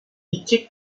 i̇ki